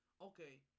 okay